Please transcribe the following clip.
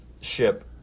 ship